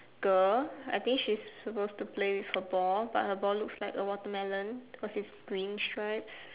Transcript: girl I think she's supposed to play football but her ball looks like a watermelon because it's green stripes